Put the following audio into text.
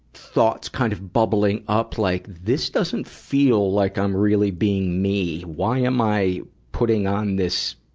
thoughts kind of bubbling up, like, this doesn't feel like i'm really being me? why am i putting on this,